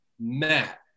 Matt